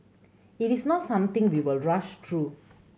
it is not something we will rush through